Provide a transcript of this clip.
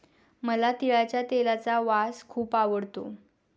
मला तिळाच्या तेलाचा वास खूप आवडतो